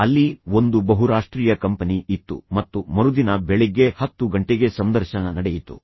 ಅಲ್ಲಿ ಒಂದು ಬಹುರಾಷ್ಟ್ರೀಯ ಕಂಪನಿ ಇತ್ತು ಮತ್ತು ಮರುದಿನ ಬೆಳಿಗ್ಗೆ 10 ಗಂಟೆಗೆ ಸಂದರ್ಶನ ನಡೆಯಿತು